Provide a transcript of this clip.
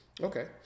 okay